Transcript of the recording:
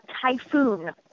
typhoon